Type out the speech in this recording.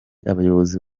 abayobozi